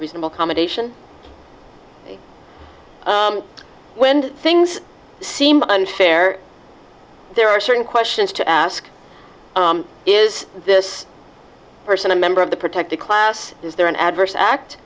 reasonable combination when things seem unfair there are certain questions to ask is this person a member of the protected class is there an adverse act